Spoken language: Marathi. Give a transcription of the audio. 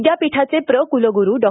विद्यापीठाचे प्र कुलगुरू डॉ